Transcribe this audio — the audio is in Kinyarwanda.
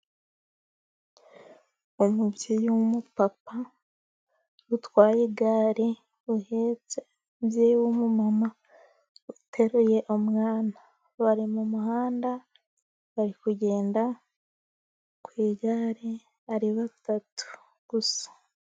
Umubyeyi w'umupapa utwaye igare, uhetse umubyeyi w'umumama uteruye umwana, bari mu muhanda, bari kugenda ku igare ari batatu gusa.